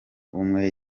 umwe